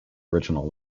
original